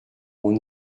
mon